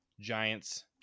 Giants